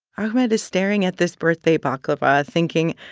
ahmed is staring at this birthday baklava, thinking,